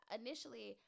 initially